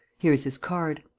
here is his card.